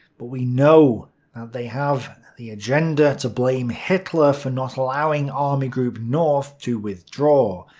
but we know they have the agenda to blame hitler for not allowing army group north to withdraw.